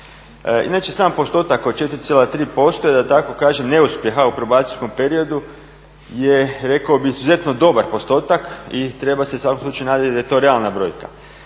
Inače sam postotak od 4,3% je da tako kažem neuspjeha u probacijskom periodu je rekao bih izuzetno dobar postotak i treba se u svakom slučaju nadati da je to realna brojka.